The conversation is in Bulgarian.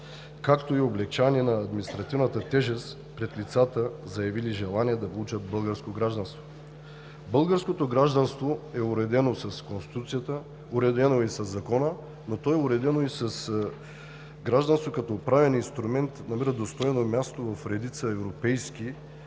както и облекчаване на административната тежест пред лицата, заявили желание да получат българско гражданство. Българското гражданство е уредено с Конституцията, уредено е и със закон, но то е уредено като гражданство като правен инструмент и намира достойно място в редица европейски